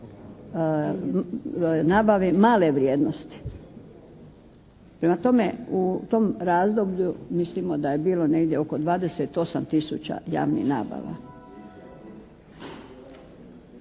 nabave male vrijednosti. Prema tome u tom razdoblju mislimo da je bilo negdje oko 28 tisuća javnih nabava.